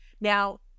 Now